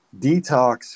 detox